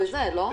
לא?